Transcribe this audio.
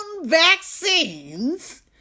vaccines